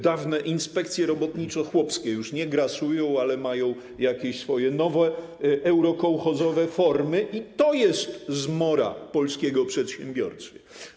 Dawne inspekcje robotniczo-chłopskie już nie grasują, ale mają jakieś swoje nowe eurokołchozowe formy i to jest zmora polskiego przedsiębiorcy.